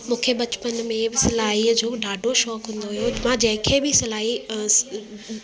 मूंखे बचपन में बि सिलाईअ जो ॾाढो शौक़ु हूंदो हुयो मां जंहिंखे बि सिलाई